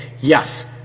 yes